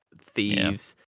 thieves